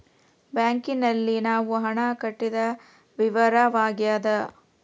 bank ನಲ್ಲಿ ನಾವು ಹಣ ಕಟ್ಟಿದ ವಿವರವಾಗ್ಯಾದ